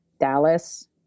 dallas